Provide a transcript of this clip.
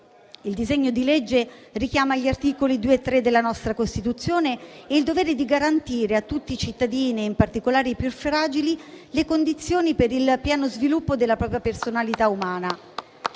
Il disegno di legge richiama gli articoli 2 e 3 della nostra Costituzione e il dovere di garantire a tutti i cittadini, in particolare ai più fragili, le condizioni per il pieno sviluppo della propria personalità umana,